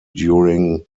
during